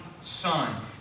Son